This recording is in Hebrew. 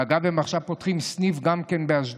אגב, הם עכשיו פותחים סניף גם באשדוד,